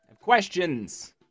Questions